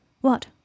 What